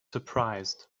surprised